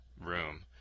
room